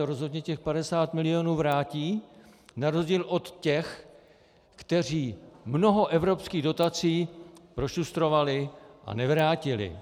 Rozhodně těch 50 milionů vrátí na rozdíl od těch, kteří mnoho evropských dotací prošustrovali a nevrátili.